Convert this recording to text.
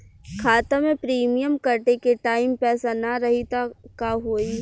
खाता मे प्रीमियम कटे के टाइम पैसा ना रही त का होई?